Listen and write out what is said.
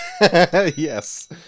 Yes